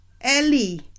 Ellie